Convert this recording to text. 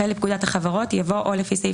אחרי "לפקודת החברות" יבוא "או לפי סעיף